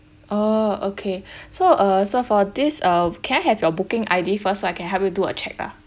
orh okay so uh so for this uh can I have your booking I_D first so I can help you do a check ah